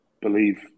believe